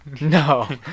No